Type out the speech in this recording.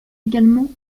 également